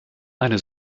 eine